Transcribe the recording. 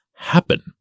happen